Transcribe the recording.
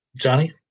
johnny